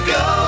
go